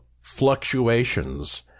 fluctuations